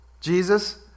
Jesus